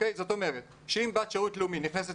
זאת אומרת שאם בת שירות לאומי נכנסת